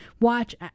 watch